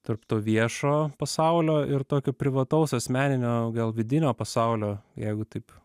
tarp to viešo pasaulio ir tokio privataus asmeninio gal vidinio pasaulio jeigu taip